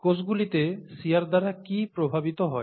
কোষগুলিতে shear দ্বারা কী প্রভাবিত হয়